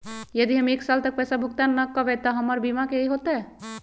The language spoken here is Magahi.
यदि हम एक साल तक पैसा भुगतान न कवै त हमर बीमा के की होतै?